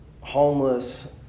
homeless